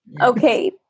Okay